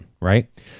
Right